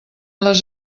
les